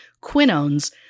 Quinones